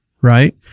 right